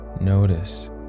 notice